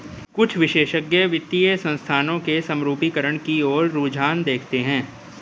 कुछ विशेषज्ञ वित्तीय संस्थानों के समरूपीकरण की ओर रुझान देखते हैं